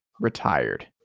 retired